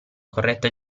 corretta